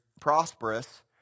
prosperous